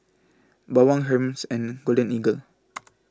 Bawang Hermes and Golden Eagle